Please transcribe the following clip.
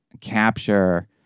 capture